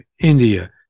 India